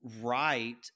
right